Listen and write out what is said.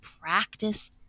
practice